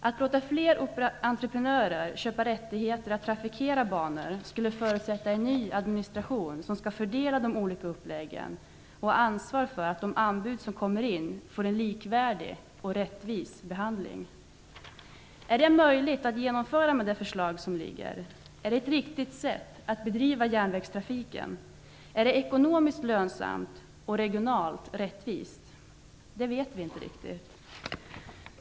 Att låta fler entreprenörer köpa rättigheter att trafikera banor skulle förutsätta en ny administration, som skall fördela de olika uppläggningarna och ansvara för att de anbud som kommer in får en likvärdig och rättvis behandling. Är detta möjligt att genomföra med det förslag som föreligger? Är det ett riktigt sätt att bedriva järnvägstrafiken? Är det ekonomiskt lönsamt och regionalt rättvist? Det vet vi inte riktigt.